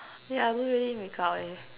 ya I don't really make-up leh